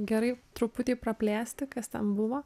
gerai truputį praplėsti kas ten buvo